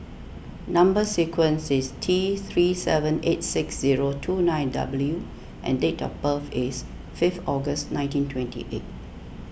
Number Sequence is T three seven eight six zero two nine W and date of birth is fifth August nineteen twenty eight